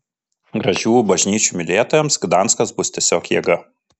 gražių bažnyčių mylėtojams gdanskas bus tiesiog jėga